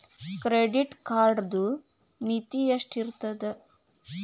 Credit ಕಾರ್ಡದು ಮಿತಿ ಎಷ್ಟ ಇರ್ತದ?